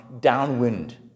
downwind